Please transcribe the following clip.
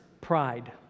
pride